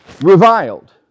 Reviled